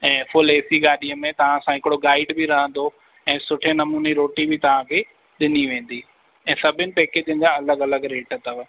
ऐं full A C गाॾीअ में तव्हां सा हिकिड़ो गाइड बि रहंदो ऐं सुठे नमूने रोटी बि तव्हांखे ॾिनी वेंदी ऐं सभिनि पैकेज़न जा अलॻि अलॻि रेट अथव